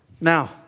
Now